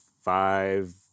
five